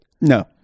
No